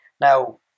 Now